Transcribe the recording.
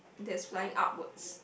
that's flying upwards